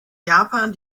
japan